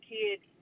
kids